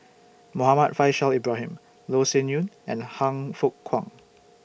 Muhammad Faishal Ibrahim Loh Sin Yun and Han Fook Kwang